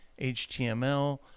HTML